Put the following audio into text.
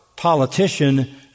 politician